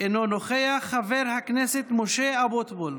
אינו נוכח, חבר הכנסת משה אבוטבול.